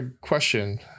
question